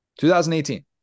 2018